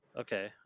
okay